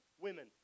women